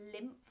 Lymph